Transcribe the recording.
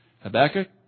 Habakkuk